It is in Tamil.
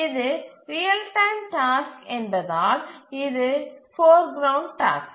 இது ரியல் டைம் டாஸ்க் என்பதால் இது போர் கிரவுண்ட் டாஸ்க்